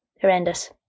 horrendous